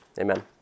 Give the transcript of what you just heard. Amen